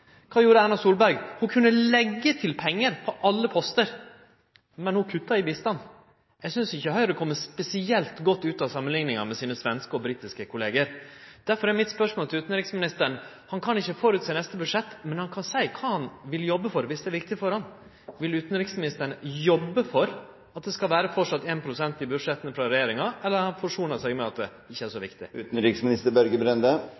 Kva gjorde Erna Solberg? Ho kunne leggje til pengar på alle postar, men ho kutta i bistand. Eg synest ikkje Høgre kjem spesielt godt ut av samanlikninga med sine svenske og britiske kollegaer. Derfor er mitt spørsmål til utanriksministeren – han kan ikkje føresjå neste budsjett, men han kan seie kva han vil jobbe for, dersom det er viktig for han: Vil utanriksministeren jobbe for at det framleis skal vere 1 pst. i budsjetta frå regjeringa, eller har han forsona seg med at det ikkje er så